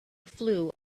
flew